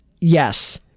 yes